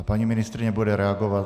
Paní ministryně bude reagovat.